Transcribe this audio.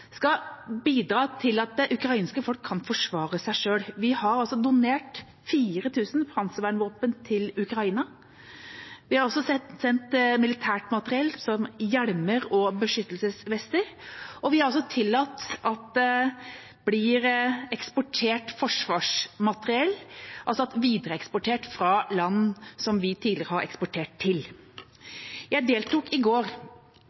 skal bidra til at det ukrainske folket kan forsvare seg selv. Vi har donert 4 000 panservernvåpen til Ukraina. Vi har også sendt militært materiell, som hjelmer og beskyttelsesvester. Vi har også tillatt at det blir eksportert forsvarsmateriell videre fra land som vi tidligere har eksportert til. Jeg deltok i går